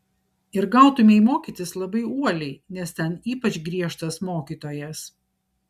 ir gautumei mokytis labai uoliai nes ten ypač griežtas mokytojas